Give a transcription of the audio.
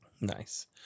Nice